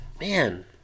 Man